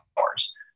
hours